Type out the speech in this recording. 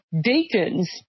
deacons